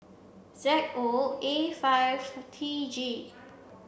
Z O A five T G